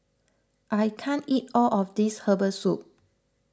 I can't eat all of this Herbal Soup